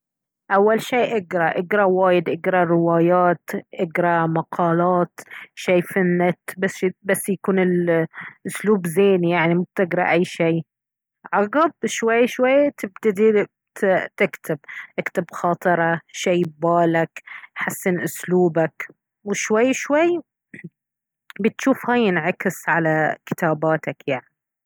اول شي اقرأ اقرأ وايد اقرأ روايات اقرأ مقالات شي في النت بس يكون الاسلوب زين يعني مب تقرا اي شي عقب شوي شوي تبتدي تكتب اكتب خاطرة شي ببالك حسن اسلوبك وشوي شوي بتشوف هاي عكس على كتاباتك يعني